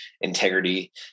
integrity